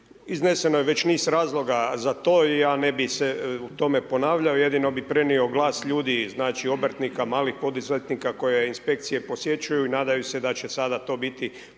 Izneseno je već niz razloga za to i ja ne bi se u tome ponavljao jedino bi prenio glas ljudi, znači obrtnika, malih poduzetnika koje inspekcije posjećuju i nadaju se da će to sada biti